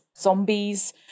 zombies